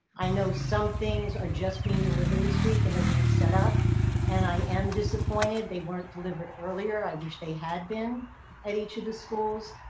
i know some things are just being delivered this week and they're being set up and i am disappointed they weren't delivered earlier. i wish they had been at each of the schools,